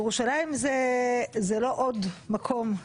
ירושלים זה לא עוד מקום,